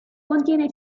contiene